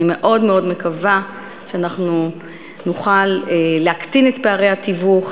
אני מאוד מאוד מקווה שנוכל להקטין את פערי התיווך,